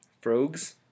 Frogs